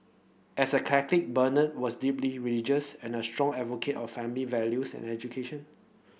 as a Catholic Bernard was deeply religious and a strong advocate of family values and education